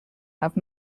have